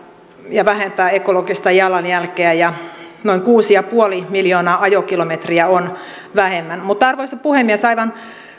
ja vähentää ekologista jalanjälkeä ja noin kuusi pilkku viisi miljoonaa ajokilometriä on vähemmän arvoisa puhemies aivan